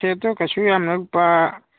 ꯁꯦꯠꯇꯣ ꯀꯩꯁꯨ ꯌꯥꯝꯅ ꯂꯨꯄꯥ